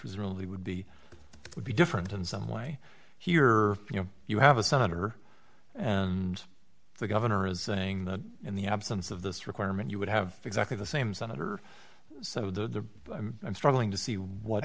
was really would be would be different in some way here you know you have a senator and the governor is saying that in the absence of this requirement you would have exactly the same senator so the i'm struggling to see what